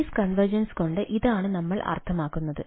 service convergence കൊണ്ട് ഇതാണ് നമ്മൾ അർത്ഥമാക്കുന്നത്